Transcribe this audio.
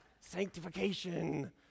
sanctification